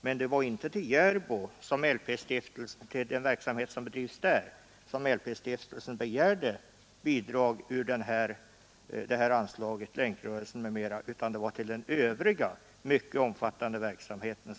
Men det var inte till den verksamhet som bedrivs där som LP-stiftelsen begärde bidrag ur anslaget till Länkrörelsen m.m. utan till den övriga mycket omfattande verksamheten.